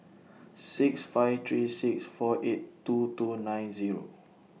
six five three six four eight two two nine Zero